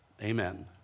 Amen